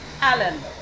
Alan